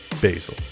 Basil